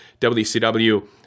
WCW